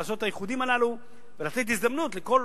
לעשות את האיחודים הללו ולתת הזדמנות לכל